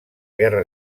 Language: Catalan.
guerra